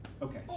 Okay